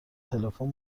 تلفن